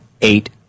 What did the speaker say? eight